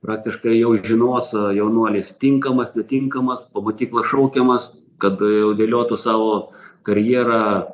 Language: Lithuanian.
praktiškai jau žinos jaunuolis tinkamas netinkamas po mokyklos šaukiamas kad jau dėliotų savo karjerą